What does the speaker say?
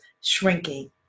shrinking